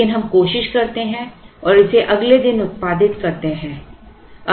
लेकिन हम कोशिश करते हैं और इसे अगले दिन उत्पादित करते हैं